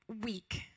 week